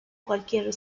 cualquier